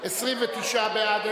בעד?